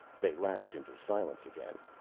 they lapsed into silence again.